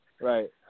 Right